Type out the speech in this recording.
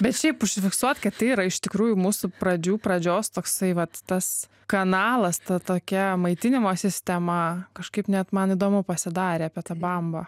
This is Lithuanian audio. bet šiaip užsifiksuot kad tai yra iš tikrųjų mūsų pradžių pradžios toksai vat tas kanalas ta tokia maitinimo sistema kažkaip net man įdomu pasidarė apie tą bambą